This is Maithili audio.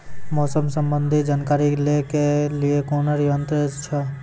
मौसम संबंधी जानकारी ले के लिए कोनोर यन्त्र छ?